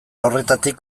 horretatik